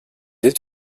aides